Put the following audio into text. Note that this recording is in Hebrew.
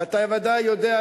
אתה בוודאי יודע,